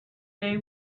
they